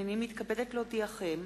הנני מתכבדת להודיעכם,